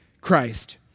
Christ